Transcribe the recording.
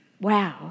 Wow